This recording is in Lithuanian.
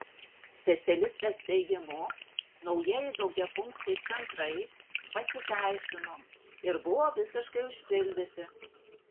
specialistės teigimu naujieji daugiafunkciai centrai pasiteisino ir buvo visiškai užpildyti